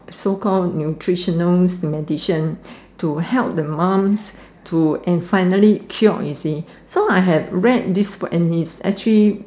so call nutritional mediation to help the mom to and finally cured you see so I had read this book and it's actually